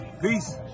Peace